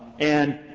and